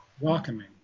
welcoming